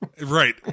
Right